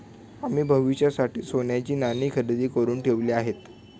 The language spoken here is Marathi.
आम्ही भविष्यासाठी सोन्याची नाणी खरेदी करुन ठेवली आहेत